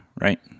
right